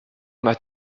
m’a